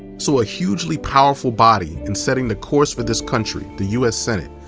so a hugely powerful body in setting the course for this country, the u s. senate,